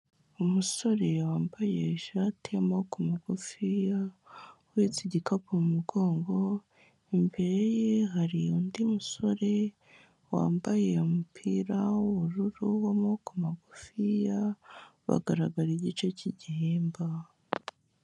Umusore wambaye ishati y'amaboko magufiya uhetse igikapu mu mugongo, imbere ye hari undi musore wambaye umupira w'ubururu w'amaboko magufiya bagaragara igice cy'igihimba.